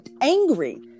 angry